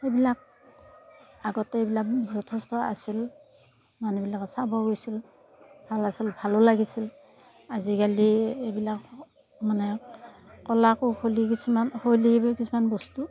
সেইবিলাক আগতে এইবিলাক যথেষ্ট আছিল মানুহবিলাকে চাব গৈছিল ভাল আছিল ভালো লাগিছিল আজিকালি এইবিলাক মানে কলা কুশলী কিছুমান শৈলীৰ কিছুমান বস্তু